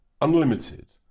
unlimited